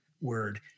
word